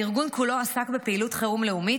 הארגון כולו עסק בפעילות חירום לאומית,